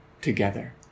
together